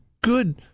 good